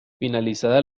finalizada